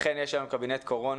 אכן יש היום קבינט קורונה.